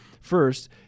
First